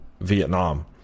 Vietnam